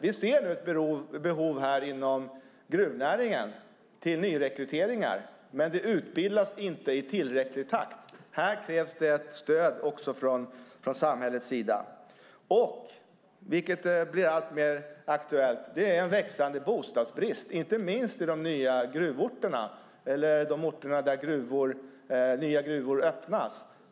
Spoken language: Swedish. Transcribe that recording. Vi ser nu ett behov inom gruvnäringen av nyrekryteringar, men det utbildas inte i tillräcklig takt. Här krävs ett stöd också från samhällets sida. Det är också, vilket blir alltmer aktuellt, en växande bostadsbrist, inte minst på de orter där nya gruvor öppnas.